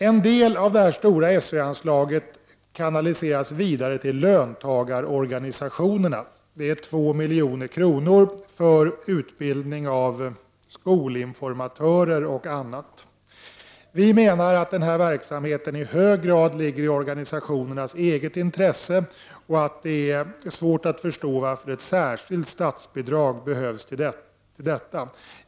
En del av de stora SÖ-anslagen kanaliseras vidare till löntagarorganisationerna: 2 miljoner till utbildning av skolinformatörer och annat. Vi menar att den här verksamheten i hög grad ligger i organisationernas eget intresse och att det är svårt att förstå att ett särskilt statsbidrag behövs för det.